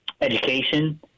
education